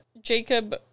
Jacob